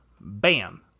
bam